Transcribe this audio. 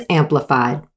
amplified